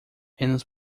menos